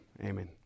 amen